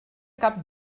cap